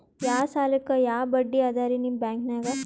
ಯಾ ಸಾಲಕ್ಕ ಯಾ ಬಡ್ಡಿ ಅದರಿ ನಿಮ್ಮ ಬ್ಯಾಂಕನಾಗ?